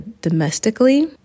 domestically